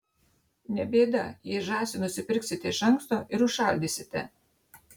ne bėda jei žąsį nusipirksite iš anksto ir užšaldysite